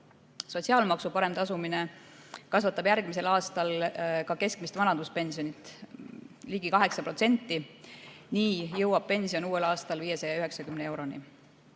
Sotsiaalmaksu parem tasumine kasvatab järgmisel aastal ka keskmist vanaduspensioni ligi 8%, nii jõuab keskmine pension uuel aastal 590 euroni.